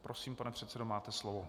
Prosím, pane předsedo, máte slovo.